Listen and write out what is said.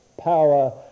power